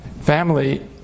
family